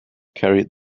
carried